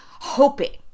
hoping